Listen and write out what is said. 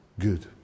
Good